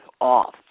off